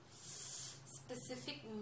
Specific